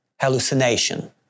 hallucination